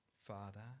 Father